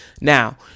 Now